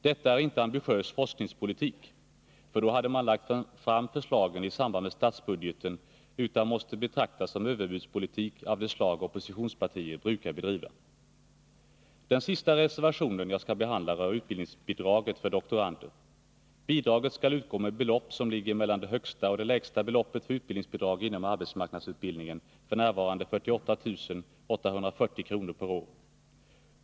Detta är inte ambitiös forskningspolitik — för då hade man lagt fram förslagen i samband med statsbudgeten — utan måste betraktas som överbudspolitik av det slag oppositionspartier brukar bedriva. Den sista reservationen jag skall behandla rör utbildningsbidraget för doktorander. Bidraget skall utgå med belopp som ligger mellan det högsta och det lägsta beloppet för utbildningsbidrag inom arbetsmarknadsutbildningen, f. n. 48 840 kr. per år.